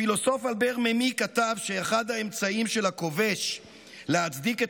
הפילוסוף אלבר ממי כתב שאחד האמצעים של הכובש להצדיק את